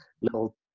little